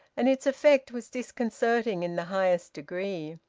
and its effect was disconcerting in the highest degree.